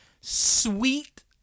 sweet